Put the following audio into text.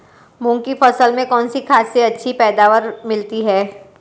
मूंग की फसल में कौनसी खाद से अच्छी पैदावार मिलती है?